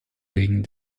wegen